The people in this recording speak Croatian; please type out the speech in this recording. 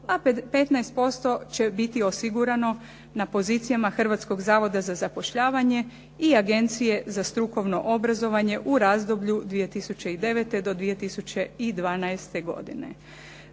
a 15% će biti osigurani na pozicijama Hrvatskog zavoda za zapošljavanje i Agencije za strukovno obrazovanje u razdoblju 2009. do 2012. godine.